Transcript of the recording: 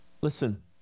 listen